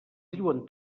diuen